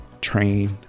train